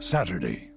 Saturday